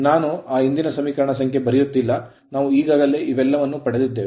ನಾನು ಆ ಹಿಂದಿನ ಸಮೀಕರಣ ಸಂಖ್ಯೆ ಬರೆಯುತ್ತಿಲ್ಲ ನಾವು ಈಗಾಗಲೇ ಇವೆಲ್ಲವನ್ನು ಪಡೆದ್ದಿದೆೇವೆ